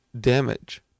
damage